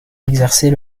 exerçait